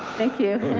thank you.